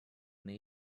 they